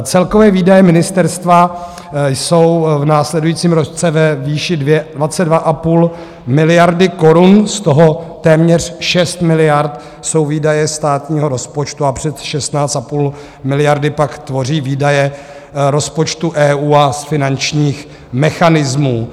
Celkové výdaje ministerstva jsou v následujícím roce ve výši 22,5 miliardy korun, z toho téměř 6 miliard jsou výdaje státního rozpočtu a přes 16,5 miliardy pak tvoří výdaje rozpočtu EU a z finančních mechanismů.